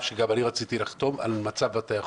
שגם אני רציתי לחתום על מצב בתי החולים.